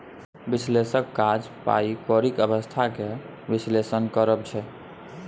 बिश्लेषकक काज पाइ कौरीक अबस्था केँ बिश्लेषण करब छै